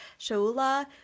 Shaula